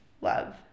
love